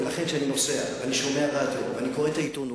לכן כשאני נוסע ואני שומע רדיו ואני קורא את העיתונות,